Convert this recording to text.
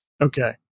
Okay